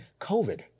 COVID